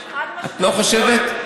את לא חושבת?